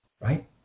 right